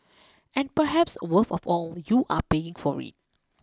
and perhaps worst of all you are paying for it